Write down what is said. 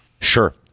Sure